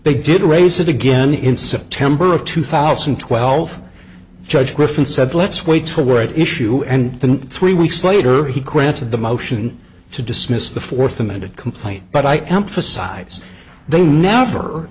they did raise it again in september of two thousand and twelve judge griffin said let's wait till we're at issue and then three weeks later he granted the motion to dismiss the fourth amended complaint but i am for size they never